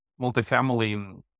multifamily